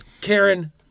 Karen